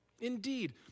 Indeed